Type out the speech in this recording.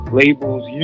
labels